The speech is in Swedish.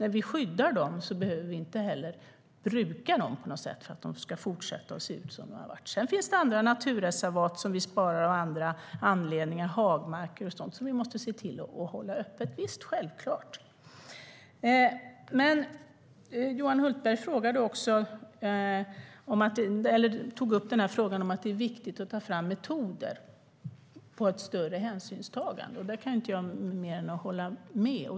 När vi skyddar dem behöver vi inte heller bruka dem för att de ska fortsätta se ut som de har gjort. Sedan finns det andra naturreservat som vi sparar av andra anledningar, till exempel hagmarker, som vi måste se till att hålla öppna. Det är självklart. Johan Hultberg tog upp frågan att det är viktigt att ta fram metoder för ett större hänsynstagande. Där kan jag bara hålla med.